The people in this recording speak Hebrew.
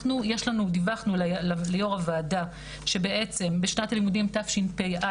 אנחנו דיווחנו ליו"ר הוועדה שבעצם שנת הלימודים תשפ"א